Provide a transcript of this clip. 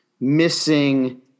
missing